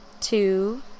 Two